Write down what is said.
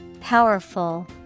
Powerful